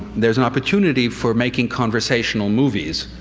there's an opportunity for making conversational movies.